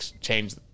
change